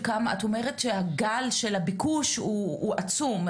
את אומרת שהגל של הביקוש הוא עצום,